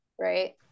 Right